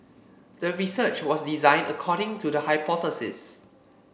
the research was designed according to the hypothesis